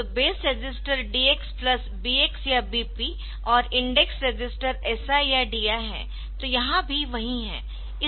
तो base register DX plus BX या BP और इंडेक्स रजिस्टर SI या DI है तो यहाँ भी वही है